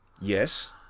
Yes